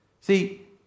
See